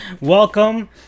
Welcome